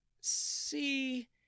See